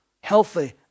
healthy